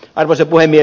arvoisa puhemies